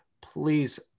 please